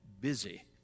busy